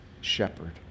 shepherd